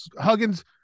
Huggins